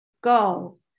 go